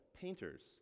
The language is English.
painters